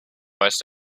station